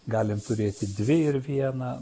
galim turėti dvi ir vieną